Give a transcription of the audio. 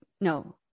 no